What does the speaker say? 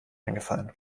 eingefallen